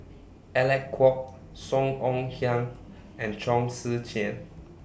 Alec Kuok Song Ong Siang and Chong Tze Chien